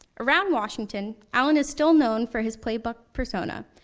around washington, allen is still known for his playbook persona,